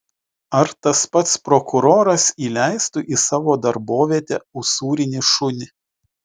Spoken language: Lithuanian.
ar tas pats prokuroras įleistų į savo darbovietę usūrinį šunį